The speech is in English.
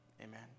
Amen